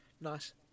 Nice